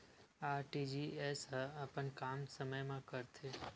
RTGS ह अपन काम समय मा करथे?